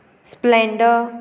splendor